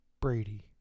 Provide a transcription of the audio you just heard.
Brady